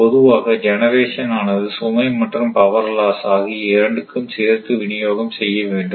பொதுவாக ஜெனரேஷன் ஆனது சுமை மற்றும் பவர் லாஸ் ஆகிய இரண்டுக்கும் சேர்த்து விநியோகம் செய்ய வேண்டும்